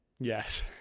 yes